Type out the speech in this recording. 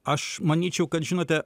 aš manyčiau kad žinote